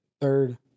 Third